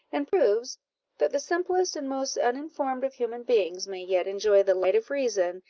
and proves that the simplest and most uninformed of human beings may yet enjoy the light of reason,